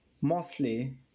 mostly